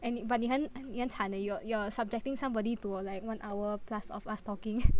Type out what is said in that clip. and it but 你很惨 eh you are you are subjecting somebody to a like one hour plus of us talking